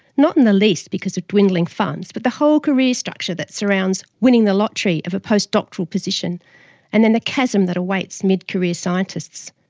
not in the least because of dwindling funds, but the whole career structure that surrounds winning the lottery of a postdoctoral position and then the chasm that awaits mid-career scientists.